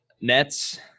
Nets